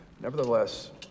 Nevertheless